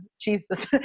Jesus